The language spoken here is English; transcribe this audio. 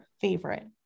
favorite